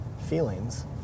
feelings